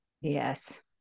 Yes